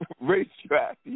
racetrack